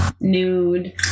nude